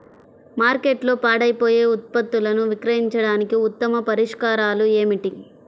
మార్కెట్లో పాడైపోయే ఉత్పత్తులను విక్రయించడానికి ఉత్తమ పరిష్కారాలు ఏమిటి?